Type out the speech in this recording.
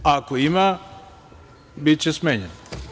Ako ima, biće smenjen.